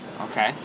Okay